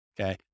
Okay